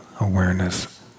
awareness